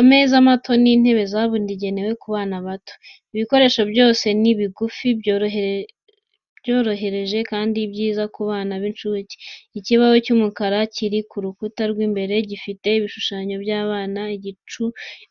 Ameza mato n’intebe zabugenewe ku bana bato. Ibikoresho byose ni bigufi, byoroheje kandi byiza ku bana b’incuke. Ikibaho cy’umukara kiri ku rukuta rw’imbere, gifite ibishushanyo by'abana, igicu,